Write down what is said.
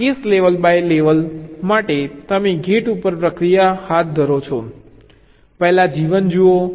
આ case level by level માટે તમે ગેટ ઉપર પ્રક્રિયા કરો છો પહેલા G1 જુઓ